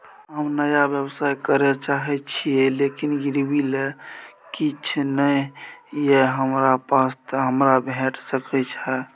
हम नया व्यवसाय करै चाहे छिये लेकिन गिरवी ले किछ नय ये हमरा पास त हमरा भेट सकै छै?